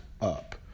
up